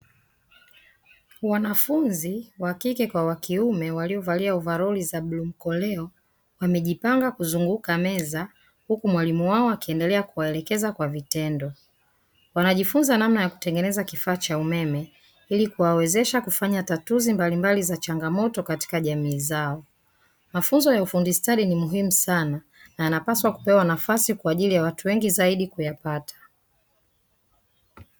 Wanafunzi wakike kwa wakiume waiovalia ovaroli za bluu mkoleo, wamejipanga kuzunguka meza huku mwalimu wao akiendelea kuwaelekeza kwa vitendo wanajifunza namna ya kutengeneza kifaa cha umeme ili kuwawezesha kufanya tatuzi mbalimbali za changamoto kayika jamii zao. Mafunzo ya ufundi stadi ni muhimu sana na yanapaswa kupewa nafsi kwa ajili ya watu wengi zaidi kuyapata.